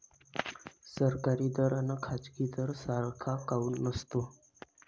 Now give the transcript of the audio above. सरकारी दर अन खाजगी दर सारखा काऊन नसतो?